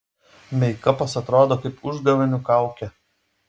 meikapas atrodo kaip užgavėnių kaukė